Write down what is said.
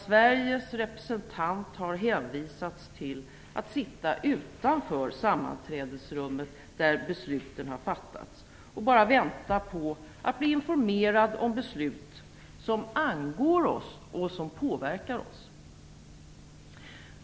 Sveriges representant har hänvisats till att sitta utanför sammanträdesrummet, där besluten har fattats, och bara fått vänta på att bli informerad om beslut som angår och påverkar oss.